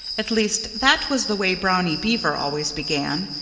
at least, that was the way brownie beaver always began.